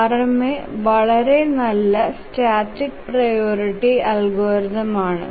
RMA വളരെ നല്ല static priority algorithm ആണ്